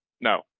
No